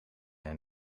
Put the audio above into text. hij